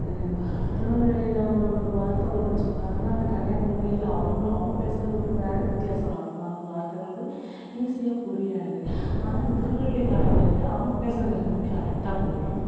திருநெல்வேலியில் ஒரு ஒரு வார்த்தை ஒன்று சொன்னாங்கன்னால் அது கன்னியாகுமரியில் அவங்க அவங்க பேசுகிற ஒரு வேர்டு வித்தியாசமாக இருக்கும் அந்த வார்த்தை வந்து ஈஸியாக புரியாது ஆனா அந்த திருநெல்வேலிக்காரங்களுக்கு அவங்க பேசுகிறது எல்லாமே கரெக்டாக புரியும்